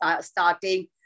starting